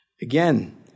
Again